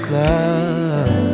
love